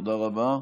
תודה רבה.